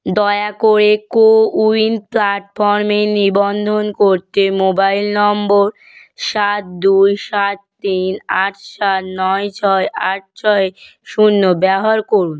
দয়া করে কোউইন প্লাটফর্মে নিবন্ধন করতে মোবাইল নম্বর সাত দুই সাত তিন আট সাত নয় ছয় আট ছয় শূন্য ব্যবহার করুন